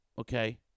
okay